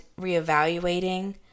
reevaluating